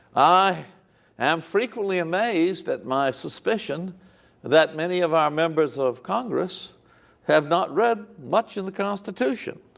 i am frequently amazed at my suspicion that many of our members of congress have not read much of the constitution.